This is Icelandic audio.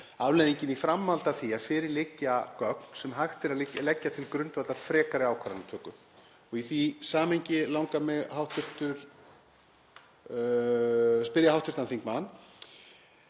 afleiðingin í framhaldi af því að fyrir liggi gögn sem hægt verður að leggja til grundvallar frekari ákvarðanatöku. Í því samhengi langar mig að spyrja hv. þingmann.